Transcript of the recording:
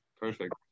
Perfect